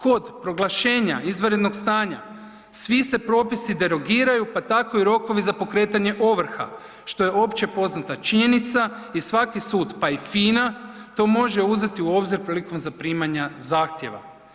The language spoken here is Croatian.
Kod proglašenja izvanrednog stanja, svi se propisi derogiraju pa tako i rokovi za pokretanje ovrha što je opće poznata činjenica i svaki sud pa i FINA to može uzeti u obzir prilikom zaprimanja zahtjeva.